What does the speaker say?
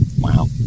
Wow